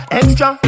extra